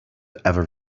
ever